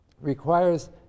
requires